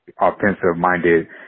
offensive-minded